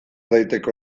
daiteke